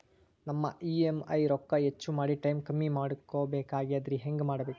ನಮ್ಮ ಇ.ಎಂ.ಐ ರೊಕ್ಕ ಹೆಚ್ಚ ಮಾಡಿ ಟೈಮ್ ಕಮ್ಮಿ ಮಾಡಿಕೊ ಬೆಕಾಗ್ಯದ್ರಿ ಹೆಂಗ ಮಾಡಬೇಕು?